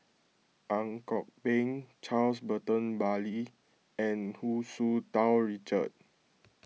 Ang Kok Peng Charles Burton Buckley and Hu Tsu Tau Richard